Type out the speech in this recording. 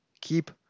keep